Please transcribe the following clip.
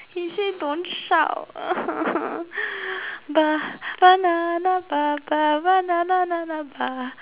he said don't shout